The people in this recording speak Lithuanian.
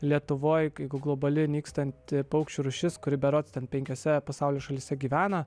lietuvoj jeigu globali nykstanti paukščių rūšis kuri berods ten penkiose pasaulio šalyse gyvena